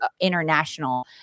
international